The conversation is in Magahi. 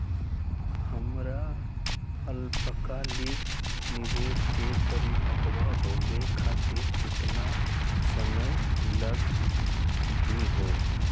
हमर अल्पकालिक निवेस क परिपक्व होवे खातिर केतना समय लगही हो?